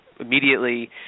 Immediately